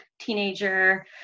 teenager